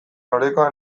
oreka